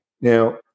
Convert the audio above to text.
Now